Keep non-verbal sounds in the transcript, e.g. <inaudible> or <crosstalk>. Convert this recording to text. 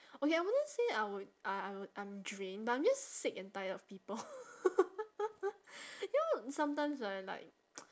okay I wouldn't say I would I I would I'm drained but I'm just sick and tired of people <laughs> you know sometimes right like <noise>